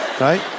Right